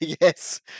Yes